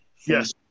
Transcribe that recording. yes